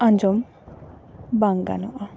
ᱟᱸᱡᱚᱢ ᱵᱟᱝ ᱜᱟᱱᱚᱜᱼᱟ